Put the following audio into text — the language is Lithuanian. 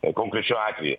o konkrečiu atveju